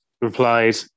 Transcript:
replied